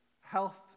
health